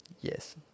Yes